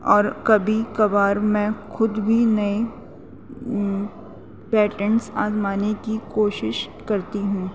اور کبھی کبھار میں خود بھی نئے پیٹرنس آزمانے کی کوشش کرتی ہوں